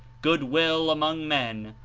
good will among men,